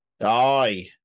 Aye